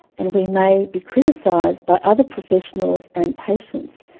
and we may be criticized by other professionals and patients,